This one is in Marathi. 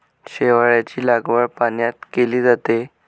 शेवाळाची लागवड पाण्यात केली जाते